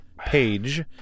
page